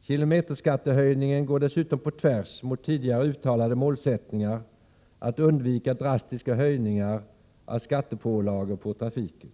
Kilometerskattehöjningen går dessutom på tvärs mot tidigare uttalade målsättningar att undvika drastiska höjningar av skattepålagor på trafiken.